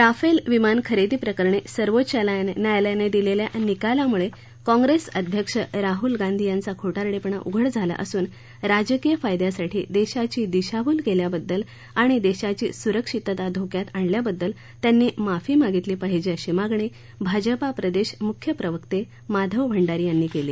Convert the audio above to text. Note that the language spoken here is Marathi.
राफेल विमान खरेदी प्रकरणी सर्वोच्च न्यायालयानं दिलेल्या निकालामूळे काँप्रेस अध्यक्ष राहुल गांधी यांचा खोटारडेपणा उघड झाला असून राजकिय फायद्यासाठी देशाची दिशाभूल केल्याबद्दल आणि देशाची सुरक्षितता धोक्यात आणल्याबद्दल त्यांनी माफी मागितली पाहिजे अशी मागणी भाजपा प्रदेश मुख्य प्रवक्ते माधव भंडारी यांनी केली